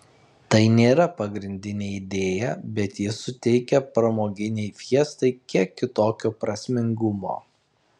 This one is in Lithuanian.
tai nėra pagrindinė idėja bet ji suteikia pramoginei fiestai kiek kitokio prasmingumo